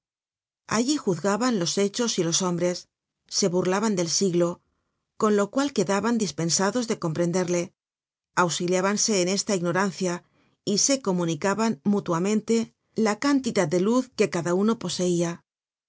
allí juzgaban los hechos y los hombres se burlaban del siglo con lo cual quedaban dispensados de comprenderle auxiliábanse en esta ignorancia y se comunicaban mutuamente la cantidad de luz que cada uno poseia